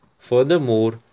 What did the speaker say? Furthermore